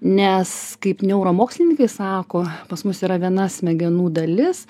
nes kaip neuromokslininkai sako pas mus yra viena smegenų dalis